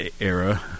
era